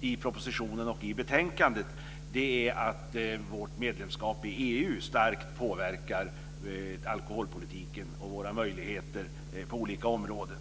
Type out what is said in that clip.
i propositionen och i betänkandet är att vårt medlemskap i EU starkt påverkar alkoholpolitiken och våra möjligheter på olika områden.